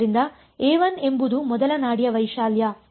ಆದ್ದರಿಂದ ಎಂಬುದು ಮೊದಲ ನಾಡಿಯ ವೈಶಾಲ್ಯ